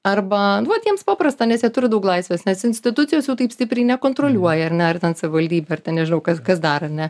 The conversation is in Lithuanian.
arba nu vat jiems paprasta nes jie turi daug laisvės nes institucijos jau taip stipriai nekontroliuoja ar ne ar ten savivaldybė ar ten nežinau kas kas dar ar ne